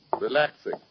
Relaxing